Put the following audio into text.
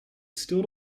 still